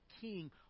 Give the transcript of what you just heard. king